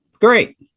great